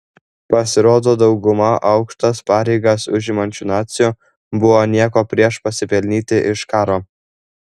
pasirodo dauguma aukštas pareigas užimančių nacių buvo nieko prieš pasipelnyti iš karo